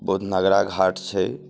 बहुत नगरा घाट छै